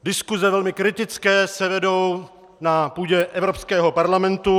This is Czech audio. Diskuse velmi kritické se vedou na půdě Evropského parlamentu.